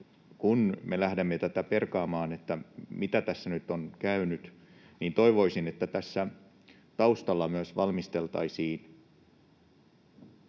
kun me lähdemme perkaamaan tätä, mitä tässä nyt on käynyt, toivoisin, että tässä taustalla myös valmisteltaisiin